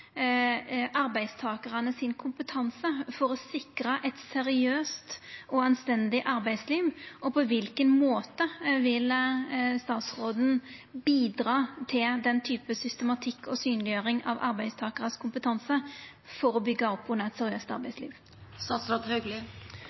for å sikra eit seriøst og anstendig arbeidsliv? På kva måte vil statsråden bidra til den type systematikk og synleggjering av kompetansen til arbeidstakarar for å byggja opp under eit seriøst